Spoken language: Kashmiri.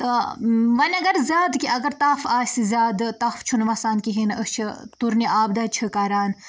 تہٕ وۅنۍ اَگر زیادٕ کیٚنٛہہ اَگر تَپھ آسہِ زیادٕ تَپھ چھُنہٕ وَسان کِہیٖنٛۍ نہٕ أسۍ چھِ تُرنہِ آب دَجہِ چھِ کَران